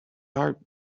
heart